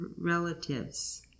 relatives